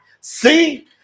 See